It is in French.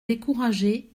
découragée